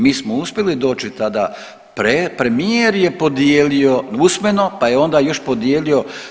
Mi smo uspjeli doći tada, premijer je podijelio usmeno, pa je onda još podijelio.